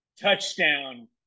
Touchdown